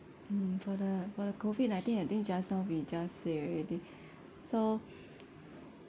mm for the for the COVID nineteen I think just now we just say already so